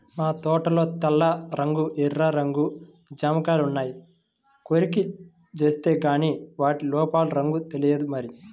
మా తోటలో తెల్ల రంగు, ఎర్ర రంగు జాంకాయలున్నాయి, కొరికి జూత్తేగానీ వాటి లోపల రంగు తెలియదు మరి